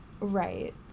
Right